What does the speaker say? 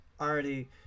already